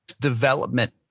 development